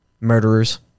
murderers